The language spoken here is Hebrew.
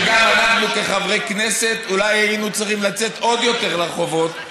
שגם אנחנו כחברי כנסת אולי היינו צריכים לצאת עוד יותר לרחובות,